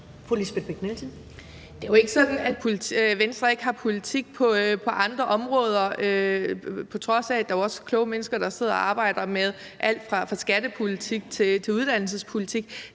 Det er jo ikke sådan, at Venstre ikke har en politik på andre områder, selv om der også der er kloge mennesker, der sidder og arbejder med dem – det er alt fra skattepolitik til uddannelsespolitik.